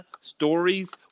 stories